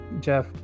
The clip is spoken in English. Jeff